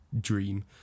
dream